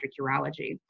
urology